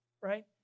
right